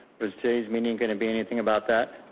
was today's meeting gonna be anything about that?